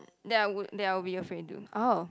that I would that I would be afraid do oh